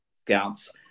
scouts